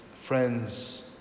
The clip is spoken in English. Friends